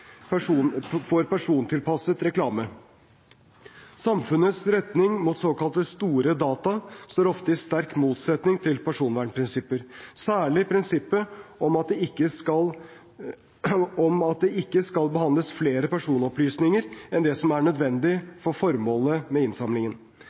persontilpasset reklame. Samfunnets retning mot såkalt store data står ofte i sterk motsetning til personvernprinsipper, særlig prinsippet om at det ikke skal behandles flere personopplysninger enn det som er nødvendig for formålet med innsamlingen.